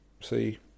see